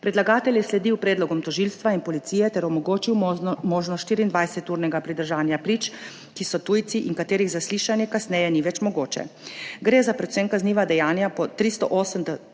Predlagatelj je sledil predlogom tožilstva in policije ter omogočil možnost 24-urnega pridržanja prič, ki so tujci in katerih zaslišanje kasneje ni več mogoče. Gre za predvsem kazniva dejanja po 308.